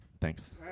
Thanks